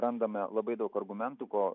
randame labai daug argumentų ko